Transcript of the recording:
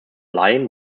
lion